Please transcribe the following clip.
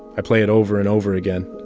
i play it over and over again,